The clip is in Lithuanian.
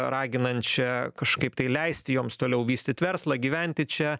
raginančią kažkaip tai leisti joms toliau vystyt verslą gyventi čia